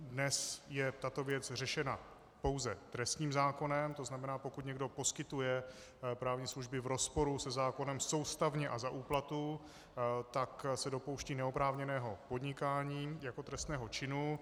Dnes je tato věc řešena pouze trestním zákonem, tzn. pokud někdo poskytuje právní služby v rozporu se zákonem soustavně a za úplatu, tak se dopouští neoprávněného podnikání jako trestného činu.